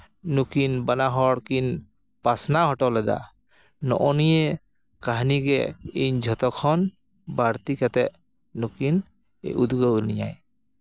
ᱱᱩᱠᱤᱱ ᱵᱟᱱᱟ ᱦᱚᱲ ᱠᱤᱱ ᱯᱟᱥᱱᱟᱣ ᱦᱚᱴᱚ ᱞᱮᱫᱟ ᱱᱚᱜᱼᱚᱭ ᱱᱤᱭᱟᱹ ᱠᱟᱹᱦᱱᱤ ᱜᱮ ᱤᱧ ᱡᱷᱚᱛᱚ ᱠᱷᱚᱱ ᱵᱟᱹᱲᱛᱤ ᱠᱟᱛᱮ ᱱᱩᱠᱤᱱ ᱩᱫᱽᱜᱟᱹᱣ ᱞᱤᱧᱟᱹᱭ